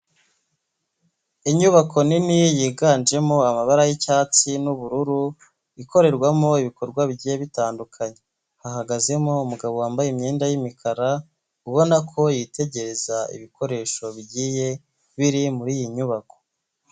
Inyubako nini yiganjemo amabara y'icyatsi n'ubururu, ikorerwamo ibikorwa bigiye bitandukanye. Hahagazemo umugabo wambaye imyenda y'imikara, ubona ko yitegereza ibikoresho bigiye biri muri iyi nyubako.